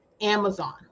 amazon